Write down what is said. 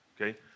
Okay